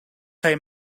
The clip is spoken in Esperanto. kaj